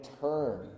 turn